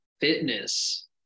fitness